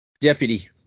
deputy